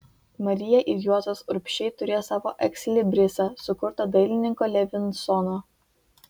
marija ir juozas urbšiai turėjo savo ekslibrisą sukurtą dailininko levinsono